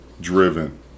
driven